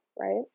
right